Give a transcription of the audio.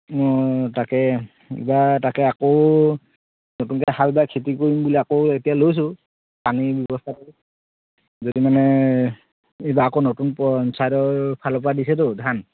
তাকে এইবাৰ তাকে আকৌ নতুনকৈ হাল বাই খেতি কৰিম বুলি আকৌ এতিয়া লৈছোঁ পানীৰ ব্যৱস্থাটো যদি মানে এইবাৰ আকৌ নতুন পঞ্চায়তৰ ফালৰপৰা দিছেতো ধান